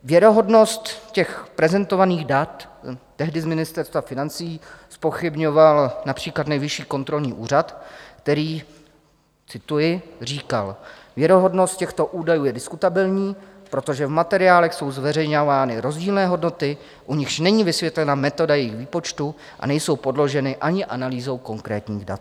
Věrohodnost těch prezentovaných dat tehdy z Ministerstva financí zpochybňoval například Nejvyšší kontrolní úřad, který cituji říkal: Věrohodnost těchto údajů je diskutabilní, protože v materiálech jsou zveřejňovány rozdílné hodnoty, u nichž není vysvětlena metoda jejich výpočtu a nejsou podloženy ani analýzou konkrétních dat.